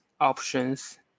options